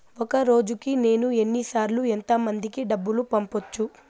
ఒక రోజుకి నేను ఎన్ని సార్లు ఎంత మందికి డబ్బులు పంపొచ్చు?